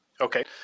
Okay